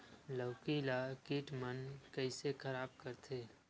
लौकी ला कीट मन कइसे खराब करथे?